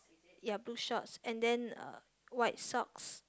ya blue shorts and then uh white socks